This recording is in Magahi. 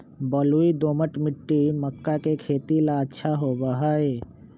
बलुई, दोमट मिट्टी मक्का के खेती ला अच्छा होबा हई